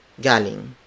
Galing